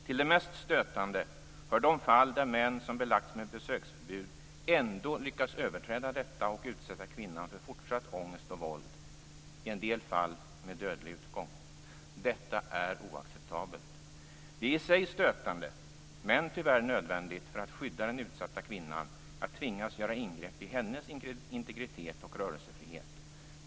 Till det mest stötande hör de fall där män som belagts med besöksförbud ändå lyckas öveträda detta och utsätta kvinnan för fortsatt ångest och våld - i en del fall med dödlig utgång. Detta är oacceptabelt. Det är i sig stötande, men tyvärr nödvändigt för att skydda den utsatta kvinnan, att tvingas göra ingrepp i hennes integritet och rörelsefrihet.